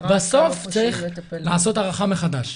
בסוף צריך לעשות הערכה מחדש.